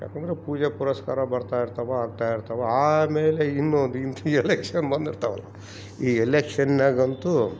ಯಾಕಂದ್ರೆ ಪೂಜೆ ಪುರಸ್ಕಾರ ಬರ್ತಾ ಇರ್ತವೆ ಆಗ್ತಾ ಇರ್ತವೆ ಆಮೇಲೆ ಇನ್ನೊಂದು ಎಲೆಕ್ಷನ್ ಬಂದಿರ್ತವಲ್ಲ ಈ ಎಲೆಕ್ಷನ್ನಾಗಂತು